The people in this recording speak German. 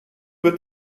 wird